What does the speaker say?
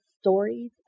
stories